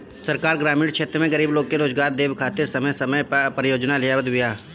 सरकार ग्रामीण क्षेत्र में गरीब लोग के रोजगार देवे खातिर समय समय पअ परियोजना लियावत बिया